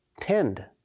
Tend